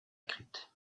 crypte